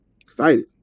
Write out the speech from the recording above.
Excited